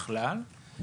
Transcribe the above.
בכלל.